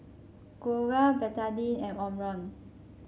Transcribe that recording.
Growell Betadine and Omron